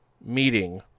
meeting